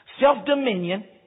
self-dominion